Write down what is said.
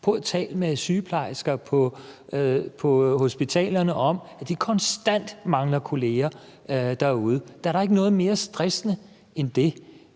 at tale med sygeplejersker på hospitalerne om, at de konstant mangler kolleger derude. Der er da ikke noget mere stressende end det.